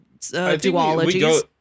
duologies